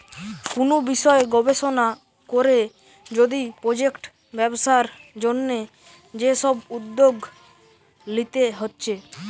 কুনু বিষয় গবেষণা কোরে যদি প্রজেক্ট ব্যবসার জন্যে যে সব উদ্যোগ লিতে হচ্ছে